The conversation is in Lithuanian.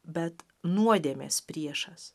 bet nuodėmės priešas